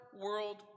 world